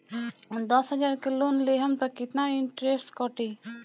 दस हजार के लोन लेहम त कितना इनट्रेस कटी?